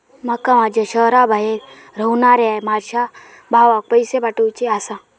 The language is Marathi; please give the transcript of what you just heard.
माका माझ्या शहराबाहेर रव्हनाऱ्या माझ्या भावाक पैसे पाठवुचे आसा